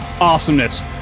awesomeness